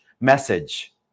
message